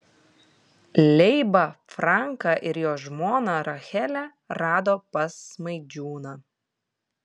leibą franką ir jo žmoną rachelę rado pas smaidžiūną